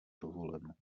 dovoleno